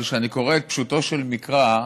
אבל כשאני קורא את פשוטו של מקרא,